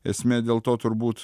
esmė dėl to turbūt